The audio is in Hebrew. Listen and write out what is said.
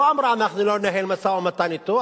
לא אמרה: אנחנו לא ננהל משא-ומתן אתו,